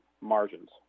margins